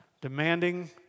demanding